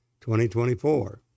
2024